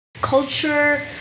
culture